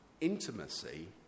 Intimacy